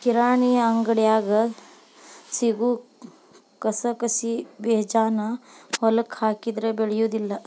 ಕಿರಾಣಿ ಅಂಗಡ್ಯಾಗ ಸಿಗು ಕಸಕಸಿಬೇಜಾನ ಹೊಲಕ್ಕ ಹಾಕಿದ್ರ ಬೆಳಿಯುದಿಲ್ಲಾ